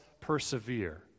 persevere